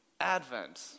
Advent